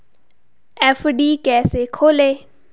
FD कैसे खोलें?